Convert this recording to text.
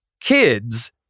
kids